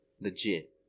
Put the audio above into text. legit